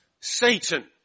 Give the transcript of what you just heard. Satan